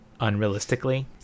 unrealistically